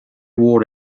mhór